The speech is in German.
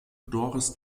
doris